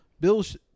Bills